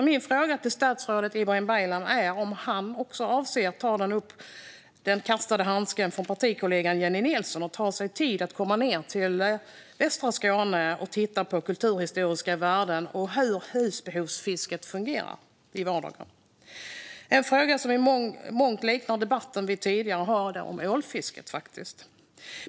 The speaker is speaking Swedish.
Min fråga till statsrådet Ibrahim Baylan är om han avser att ta upp den kastade handsken från partikollegan Jennie Nilsson och ta sig tid att komma ned till västra Skåne och titta på de kulturhistoriska värdena och hur husbehovsfisket fungerar i vardagen. Det är en fråga som i mångt och mycket liknar den debatt vi haft om ålfisket tidigare i dag.